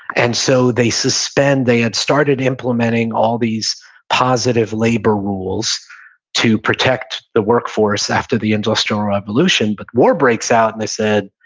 and so they suspend, they had started implementing all these positive labor rules to protect the workforce after the industrial revolution, but war breaks out, and they said,